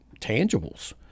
tangibles